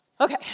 Okay